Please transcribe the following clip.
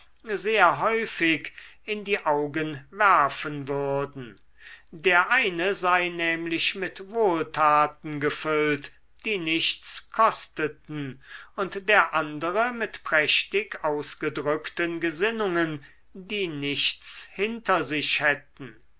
sehr häufig in die augen werfen würden der eine sei nämlich mit wohltaten gefüllt die nichts kosteten und der andere mit prächtig ausgedrückten gesinnungen die nichts hinter sich hätten